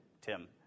Tim